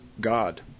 God